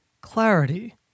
clarity